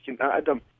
Adam